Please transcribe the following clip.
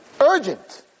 Urgent